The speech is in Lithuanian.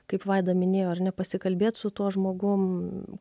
kaip vaida minėjo ar ne pasikalbėt su tuo žmogum